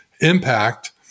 impact